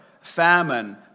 famine